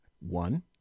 One